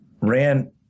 Ran